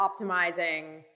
optimizing